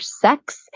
sex